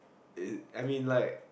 it I mean like